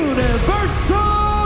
Universal